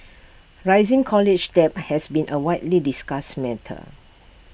rising college debt has been A widely discussed matter